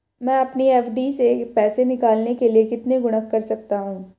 मैं अपनी एफ.डी से पैसे निकालने के लिए कितने गुणक कर सकता हूँ?